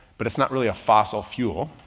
but it's not really a fossil fuel.